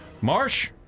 Marsh